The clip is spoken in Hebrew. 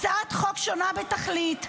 הצעת חוק שונה בתכלית,